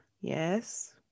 Yes